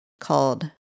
called